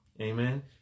Amen